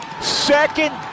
Second